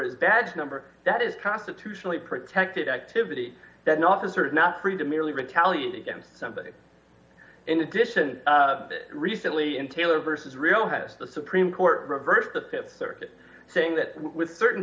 a badge number that is constitutionally protected activity that an officer is not free to merely retaliate against somebody in addition recently in taylor versus rio has the supreme court reversed the th circuit saying that with certain